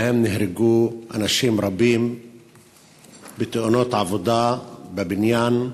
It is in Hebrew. שבהם נהרגו אנשים רבים בתאונות עבודה בבניין,